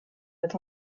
with